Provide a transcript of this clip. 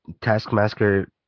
Taskmaster